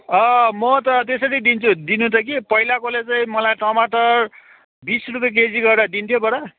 म त त्यसरी दिन्छु दिन त कि पहिलाकोले चाहिँ मलाई टमाटर बिस रुपियाँ केजी गरेर दिन्थ्यो बडा